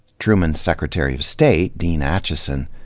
truman's secretary of state, dean acheson,